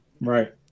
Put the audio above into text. Right